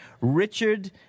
Richard